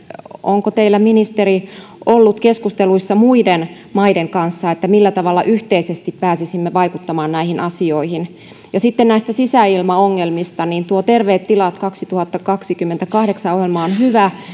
onko teillä ministeri ollut keskustelussa muiden maiden kanssa millä tavalla yhteisesti pääsisimme vaikuttamaan näihin asioihin sitten näistä sisäilmaongelmista tuo terveet tilat kaksituhattakaksikymmentäkahdeksan ohjelma on hyvä